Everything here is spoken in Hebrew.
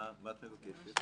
מה את מבקשת?